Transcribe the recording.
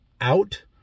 out